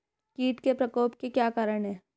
कीट के प्रकोप के क्या कारण हैं?